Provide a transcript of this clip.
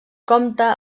compta